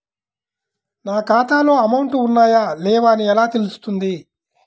నా ఖాతాలో అమౌంట్ ఉన్నాయా లేవా అని ఎలా తెలుస్తుంది?